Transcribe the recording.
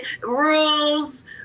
rules